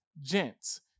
gents